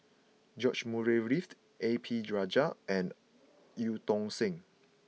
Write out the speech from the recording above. George Murray Reithed A P Rajah and Eu Tong Sen